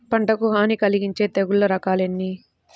పంటకు హాని కలిగించే తెగుళ్ళ రకాలు ఎన్ని?